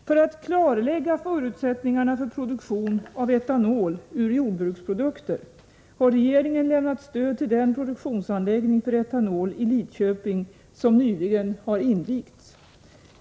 För att klarlägga förutsättningarna för produktion av etanol ur jordbruksprodukter har regeringen lämnat stöd till den produktionsanläggning för etanol i Lidköping som nyligen har invigts.